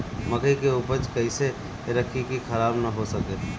मकई के उपज कइसे रखी की खराब न हो सके?